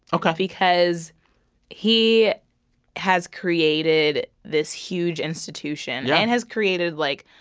ok. because he has created this huge institution yeah and has created, like,